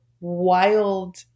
wild